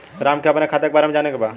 राम के अपने खाता के बारे मे जाने के बा?